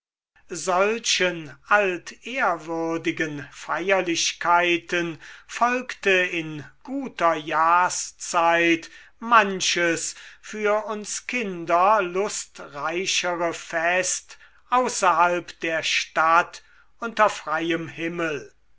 solchen altehrwürdigen feierlichkeiten folgte in guter jahrszeit manches für uns kinder lustreichere fest außerhalb der stadt unter freiem himmel